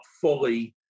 fully